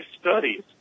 studies